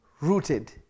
rooted